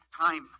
time